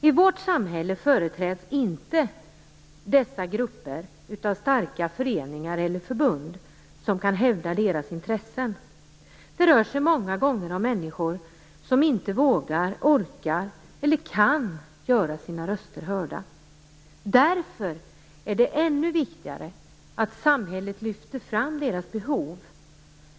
I vårt samhälle företräds inte dessa grupper av starka föreningar eller förbund som kan hävda deras intressen. Det rör sig många gånger om människor som inte vågar, orkar eller kan göra sina röster hörda. Därför är det ännu viktigare att samhället lyfter fram deras behov.